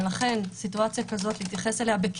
לכן להתייחס למצב כזה בכלים